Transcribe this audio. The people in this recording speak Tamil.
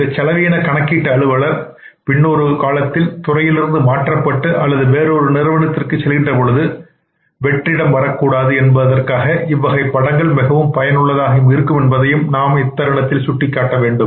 இந்த செலவின கணக்கீட்டு அலுவலர் பின்னொரு காலத்தில் துறையிலிருந்து மாற்றப்பட்டு அல்லது வேறொரு நிறுவனத்திற்கு செல்கின்றபோது வெற்றிடம் வர கூடாது என்பதற்காக இவ்வகைப் படங்கள் மிகவும் பயனுள்ளதாக இருக்கும் என்பதையும் நாம் சுட்டிக்காட்ட வேண்டும்